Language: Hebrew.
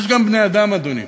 יש גם בני-אדם, אדוני,